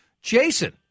Jason